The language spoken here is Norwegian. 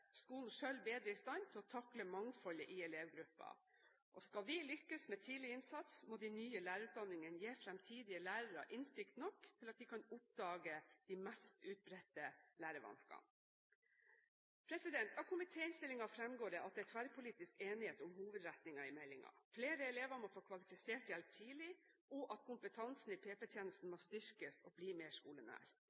i stand til å takle mangfoldet i elevgruppen. Og skal vi lykkes med tidlig innsats, må de nye lærerutdanningene gi fremtidige lærere innsikt nok til at de kan oppdage de mest utbredte lærevanskene. Av komitéinnstillingen fremgår at det er tverrpolitisk enighet om hovedretningen i meldingen: Flere elever må få kvalifisert hjelp tidlig og kompetansen i PP-tjenesten må styrkes og bli mer skolenær.